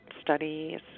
studies